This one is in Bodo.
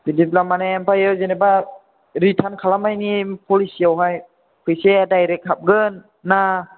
बिदिब्ला माने आमफायो जेनेबा रिटार्न खालामनायनि पलिसिआवहाय फैसाया डाइरेक्ट हाबगोन ना